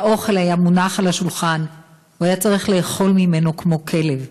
האוכל היה מונח על השולחן והוא היה צריך לאכול ממנו כמו כלב.